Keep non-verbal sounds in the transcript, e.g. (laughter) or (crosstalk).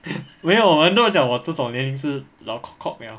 (laughs) 没有很多人讲我这种年龄是老 kok kok liao